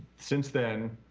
since then,